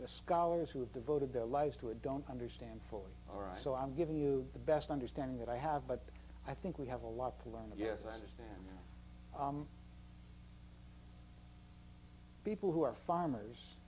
the scholars who have devoted their lives to a don't understand fully or so i'm giving you the best understanding that i have but i think we have a lot to learn and yes i understand people who are farmers